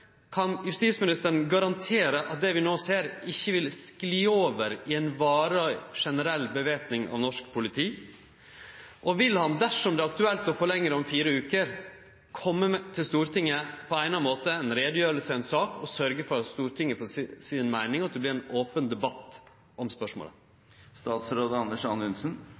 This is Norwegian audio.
Kan justisministeren garantere at det vi nå ser, ikkje vil skli over i ei varig, generell væpning av norsk politi, og vil han, dersom det er aktuelt å forlengje det om fire veker, kome til Stortinget på eigna måte – ei utgreiing eller ei sak – og sørgje for at Stortinget får seie si meining, og at det vert ein open debatt om spørsmålet?